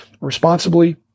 responsibly